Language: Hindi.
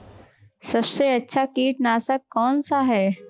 सबसे अच्छा कीटनाशक कौनसा है?